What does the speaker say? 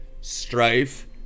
strife